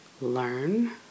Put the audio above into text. learn